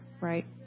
right